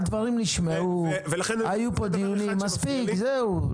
הדברים נשמעו, היו פה דיונים, מספיק, זהו.